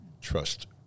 trust